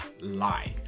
LIFE